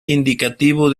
indicativo